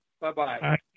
Bye-bye